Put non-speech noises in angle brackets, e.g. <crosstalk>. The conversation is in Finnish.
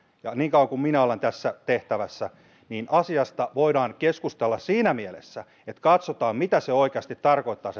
ja niin kauan kuin minä olen tässä tehtävässä niin asiasta voidaan keskustella siinä mielessä että katsotaan mitä se oikeasti tarkoittaa <unintelligible>